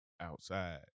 outside